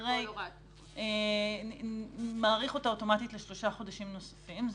הוא מאריך אותה אוטומטית בשלושה חודשים נוספים,